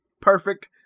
perfect